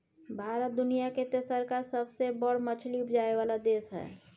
भारत दुनिया के तेसरका सबसे बड़ मछली उपजाबै वाला देश हय